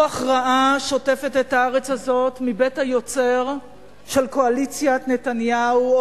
רוח רעה שוטפת את הארץ הזאת מבית היוצר של קואליציית נתניהו.